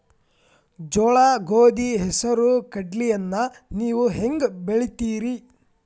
ಜೋಳ, ಗೋಧಿ, ಹೆಸರು, ಕಡ್ಲಿಯನ್ನ ನೇವು ಹೆಂಗ್ ಬೆಳಿತಿರಿ?